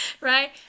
right